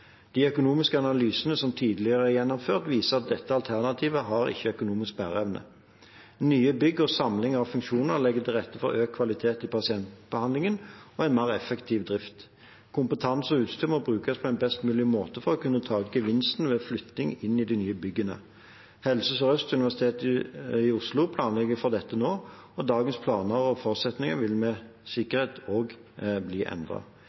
De økonomiske analysene som tidligere er gjennomført, viser at dette alternativet ikke har økonomisk bæreevne. Nye bygg og samling av funksjoner legger til rette for økt kvalitet i pasientbehandlingen og en mer effektiv drift. Kompetanse og utstyr må brukes på en best mulig måte for å kunne ta ut gevinster ved innflytting i de nye byggene. Helse Sør-Øst og Universitetet i Oslo planlegger for dette nå, og dagens planer og forutsetninger vil med sikkerhet også bli